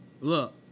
Look